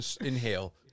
inhale